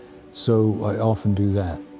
so i often do that.